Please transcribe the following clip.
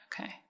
Okay